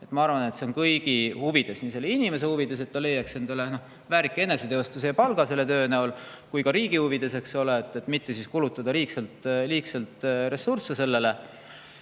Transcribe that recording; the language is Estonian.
Ma arvan, et see on kõigi huvides, nii selle inimese huvides, et ta leiaks endale väärika eneseteostuse ja palga töö eest, kui ka riigi huvides, et mitte kulutada liigselt ressursse sellele.